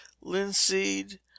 linseed